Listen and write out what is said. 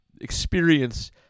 experience